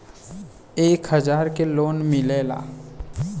एक हजार के लोन मिलेला?